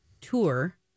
tour